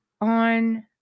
on